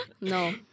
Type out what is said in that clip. No